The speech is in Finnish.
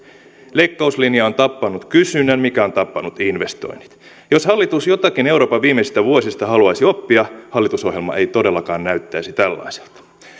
leikkauslinja on tappanut kysynnän mikä on tappanut investoinnit jos hallitus jotakin euroopan viimeisistä vuosista haluaisi oppia hallitusohjelma ei todellakaan näyttäisi tällaiselta